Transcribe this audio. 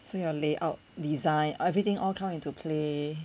so your layout design everything all come into play